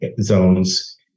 zones